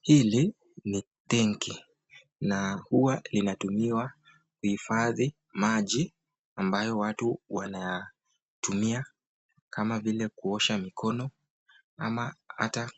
Hili ni tenki na huwa linatumiwa kuhifadhi maji ambayo watu wanatumia kama vile kuosha mikono ama hata